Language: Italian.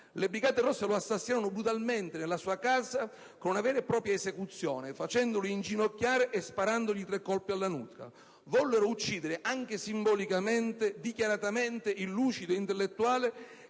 Le Brigate rosse lo assassinarono brutalmente nella sua casa con una vera e propria esecuzione, facendolo inginocchiare e sparandogli tre colpi alla nuca. Vollero uccidere, anche simbolicamente e dichiaratamente, il lucido intellettuale